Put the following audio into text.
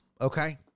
okay